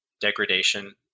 degradation